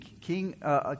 King